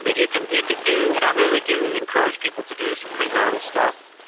i mean you can you can do and i really do encourage people to do some premarital stuff,